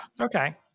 okay